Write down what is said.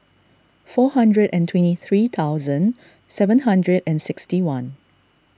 four hundred and twenty three thousand seven hundred and sixty one